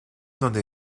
donde